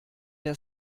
der